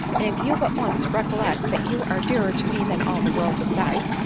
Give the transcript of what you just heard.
and if you but once recollect that you are dearer to me than all the world besides,